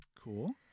Cool